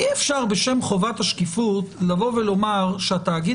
אי-אפשר בשם חובת השקיפות לומר שהתאגיד